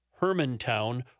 Hermantown